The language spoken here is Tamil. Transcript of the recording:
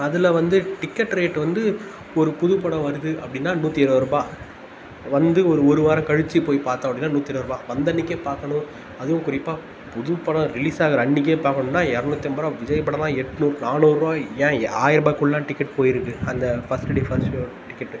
அதில் வந்து டிக்கெட் ரேட்டு வந்து ஒரு புது படம் வருது அப்படினா நூற்றி இருபது ருபாய் வந்து ஒரு ஒரு வாரம் கழிச்சு போய் பார்த்தோம் அப்படினா நூற்றி இருபது ருபாய் வந்த அன்னைக்கே பார்க்கணும் அதுவும் குறிப்பாக புது படம் ரிலீஸ் ஆகிற அன்றைக்கே பார்க்கணும்னா இருநூற்றி ஐம்பது ருபாய் விஜய் படம்லாம் எண்நூறு நானூறுபா ஏன் ஆயிரப்பாக்குள்ள டிக்கெட்டு போயிருக்கு அந்த first day first show ticket